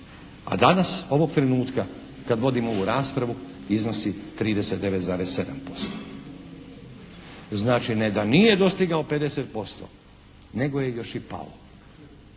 a danas ovog trenutka kad vodimo ovu raspravu iznosi 39,7%. Znači, ne da nije dostigao 50% nego je još i pao.